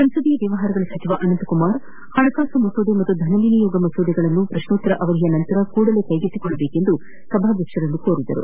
ಸಂಸದೀಯ ವ್ಯವಹಾರಗಳ ಸಚಿವ ಅನಂತಕುಮಾರ್ ಹಣಕಾಸು ಮಸೂದೆ ಮತ್ತು ಧನವಿನಿಯೋಗ ಮಸೂದೆಗಳನ್ನು ಪ್ರಶ್ನೋತ್ತರ ಅವಧಿಯ ನಂತರ ಕೂಡಲೇ ಕ್ಕೆಗೆತ್ತಿಕೊಳ್ಳಬೇಕೆಂದು ಸಭಾಧ್ಯಕ್ಷರನ್ನು ಕೋರಿದರು